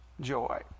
joy